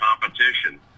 competition